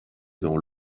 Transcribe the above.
dans